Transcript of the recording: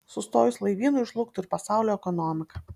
sustojus laivynui žlugtų ir pasaulio ekonomika